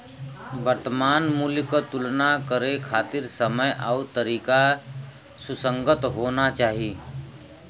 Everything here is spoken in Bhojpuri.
वर्तमान मूल्य क तुलना करे खातिर समय आउर तारीख सुसंगत होना चाही